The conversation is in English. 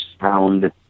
sound